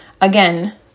Again